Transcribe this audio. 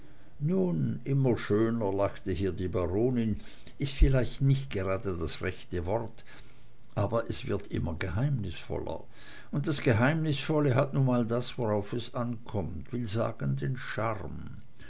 nun immer schöner lachte hier die baronin ist vielleicht nicht gerade das rechte wort aber es wird immer geheimnisvoller und das geheimnisvolle hat nun mal das worauf es ankommt will sagen den charme